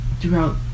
throughout